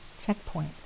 checkpoint